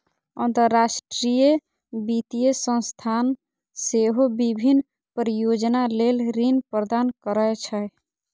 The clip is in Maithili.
अंतरराष्ट्रीय वित्तीय संस्थान सेहो विभिन्न परियोजना लेल ऋण प्रदान करै छै